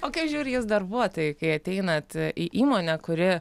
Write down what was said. o kaip žiūri į jus darbuotojai kai ateinat į įmonę kuri